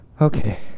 okay